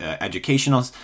educational